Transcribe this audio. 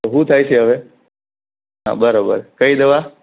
શું થાય છે હવે હા બરાબર કઈ દવા